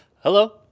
Hello